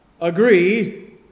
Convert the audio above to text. Agree